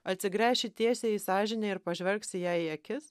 atsigręši tiesiai į sąžinę ir pažvelgsi jai į akis